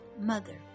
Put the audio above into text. mother